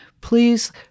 Please